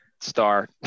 star